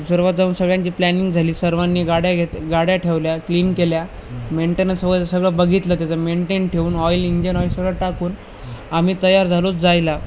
सर्वात जाऊन सगळ्यांची प्लॅनिंग झाली सर्वांनी गाड्या घेत गाड्या ठेवल्या क्लीन केल्या मेंटेनन्स सगळं बघितलं त्याचं मेंटेन ठेवून ऑइल इंजन ऑईल सगळं टाकून आम्ही तयार झालो जायला